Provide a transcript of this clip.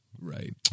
Right